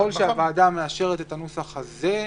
ככל שהוועדה מאשרת את הנוסח הזה,